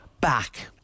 back